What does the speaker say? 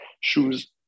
shoes